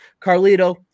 Carlito